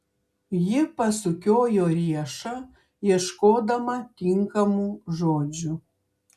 ji pasukiojo riešą ieškodama tinkamų žodžių